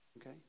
okay